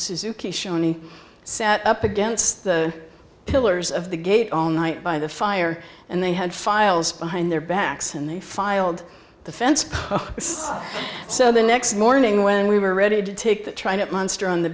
shoni sat up against the pillars of the gate all night by the fire and they had files behind their backs and they filed the fence so the next morning when we were ready to take the trying it monster on the